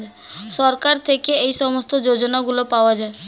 সরকার থেকে এই সমস্ত যোজনাগুলো পাওয়া যায়